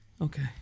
Okay